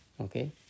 Okay